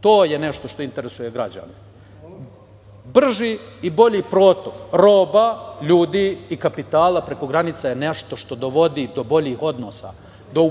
To je nešto što interesuje građane.Brži i bolji protok roba, ljudi i kapitala preko granica je nešto što dovodi do boljih odnosa, do